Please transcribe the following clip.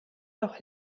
doch